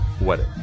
wedding